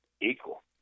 equal